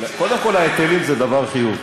קודם כול, ההיטלים הם דבר חיובי.